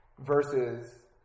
versus